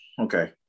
okay